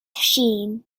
sheen